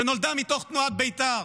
היא נולדה מתוך תנועת בית"ר.